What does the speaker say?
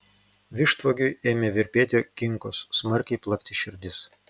vištvagiui ėmė virpėti kinkos smarkiai plakti širdis